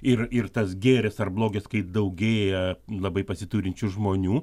ir ir tas gėris ar blogis kai daugėja labai pasiturinčių žmonių